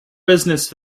business